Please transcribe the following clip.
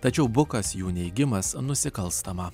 tačiau bukas jų neigimas nusikalstama